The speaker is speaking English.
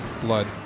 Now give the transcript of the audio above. Blood